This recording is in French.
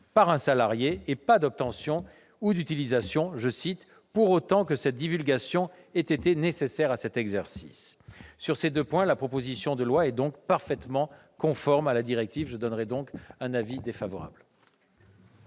par un salarié, pas d'obtention ou d'utilisation, « pour autant que cette divulgation ait été nécessaire à cet exercice ». Sur ces deux points, la proposition de loi est donc parfaitement conforme à la directive. L'avis de la commission est défavorable.